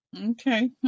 Okay